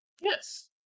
Yes